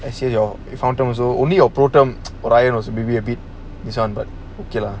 as say your fountain also only your pro ton mine is lenient a bit this one but okay lah